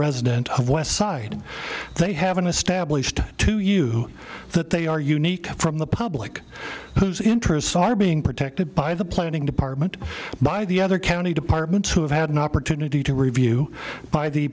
resident of west side they haven't established to you that they are unique from the public whose interests are being protected by the planning department by the other county departments who have had an opportunity to review by the